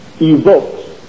evokes